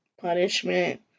punishment